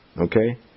Okay